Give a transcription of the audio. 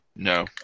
No